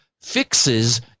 fixes